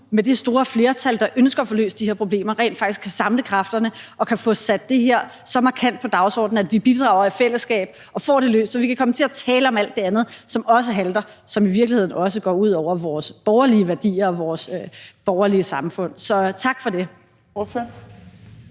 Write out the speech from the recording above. med det store flertal, der ønsker at få løst de her problemer, rent faktisk kan samle kræfterne og få sat det her så markant på dagsordenen, at vi i fællesskab bidrager og får det løst, så vi kan komme til at tale om alt det andet, som også halter, og som i virkeligheden også går ud over vores borgerlige værdier og vores borgerlige samfund. Så tak for det.